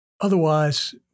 Otherwise